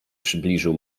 przybliżył